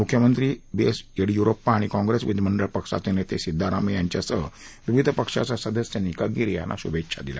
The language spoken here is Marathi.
मुख्यमंत्री बी एस येडियुरप्पा आणि काँग्रेस विधीमंडळ पक्षाचे नेते सिद्धरामैय्या यांच्यासह विविध पक्षाच्या सदस्यांनी कगेरी यांना शुभेच्छा दिल्या